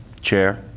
Chair